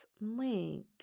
Link